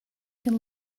can